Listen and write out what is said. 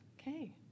Okay